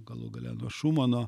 galų gale nuo šumano